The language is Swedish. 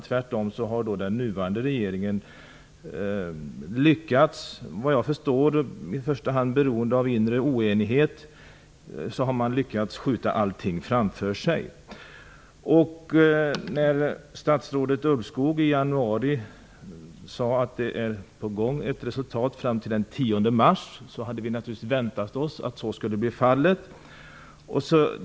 Tvärtom har den nuvarande regeringen såvitt jag förstår, i första hand beroende av inre oenighet, lyckats skjuta allting framför sig. När statsrådet Ulvskog i januari sade att ett resultat skulle vara färdigt till den 10 mars hade vi naturligtvis väntat oss att så skulle bli fallet.